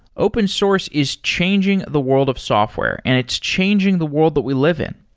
open source is changing the world of software and it's changing the world that we live in.